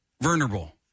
Vulnerable